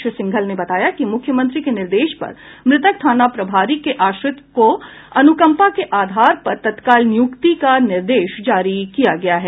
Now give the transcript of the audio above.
श्री सिंघल ने बताया कि मुख्यमंत्री के निर्देश पर मृतक थाना प्रभारी के आश्रित को अनुकम्पा के आधार पर तत्काल नियुक्ति का निर्देश जारी किया गया है